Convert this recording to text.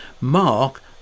Mark